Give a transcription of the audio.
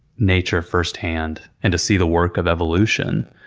nature firsthand, and to see the work of evolution,